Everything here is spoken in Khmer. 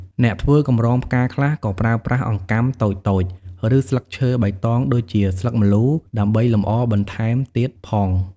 អ្នកធ្វើកម្រងផ្កាខ្លះ ក៏ប្រើប្រាស់អង្កាំតូចៗ ឬស្លឹកឈើបៃតងដូចជាស្លឹកម្លូ ដើម្បីលម្អបន្ថែមទៀតផង។